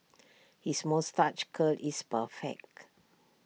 his moustache curl is perfect